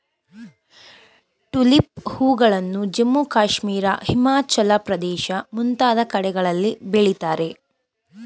tulip ಹೂಗಳನ್ನು ಜಮ್ಮು ಕಾಶ್ಮೀರ, ಹಿಮಾಚಲ ಪ್ರದೇಶ ಮುಂತಾದ ಕಡೆಗಳಲ್ಲಿ ಬೆಳಿತಾರೆ